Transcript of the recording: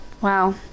Wow